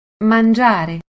Mangiare